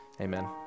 Amen